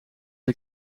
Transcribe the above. een